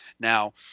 Now